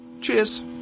cheers